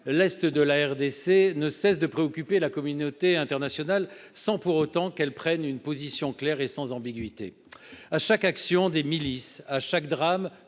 du Congo (RDC) ne cesse de préoccuper la communauté internationale, sans pour autant que celle ci prenne une position claire, sans ambiguïté. À chaque action des milices, à chaque drame,